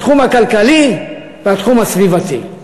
התחום הכלכלי והתחום הסביבתי.